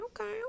okay